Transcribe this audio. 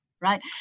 right